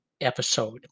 episode